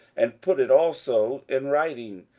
and put it also in writing,